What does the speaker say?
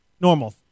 normal